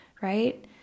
right